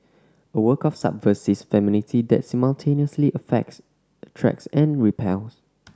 a work of subversive femininity that simultaneously effects attracts and repels